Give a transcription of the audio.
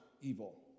evil